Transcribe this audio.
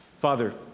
father